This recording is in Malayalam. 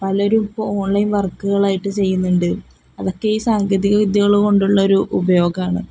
പലരും ഇപ്പോള് ഓൺലൈൻ വർക്കുകളായിട്ടു ചെയ്യുന്നുണ്ട് അതൊക്കെ ഈ സാങ്കേതിക വിദ്യകള് കൊണ്ടുള്ളൊരു ഉപയോഗമാണ്